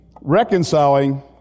reconciling